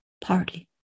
party